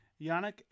Yannick